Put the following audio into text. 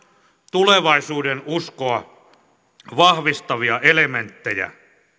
tulevaisuudenuskoa vahvistavia elementtejä